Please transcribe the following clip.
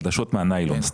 חדשות מהניילון,